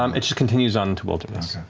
um it just continues on, into wilderness.